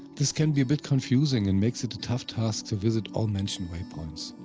this can be a bit confusing and makes it a tough task to visit all mentioned waypoints.